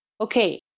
okay